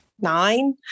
nine